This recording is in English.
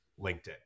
LinkedIn